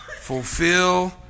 fulfill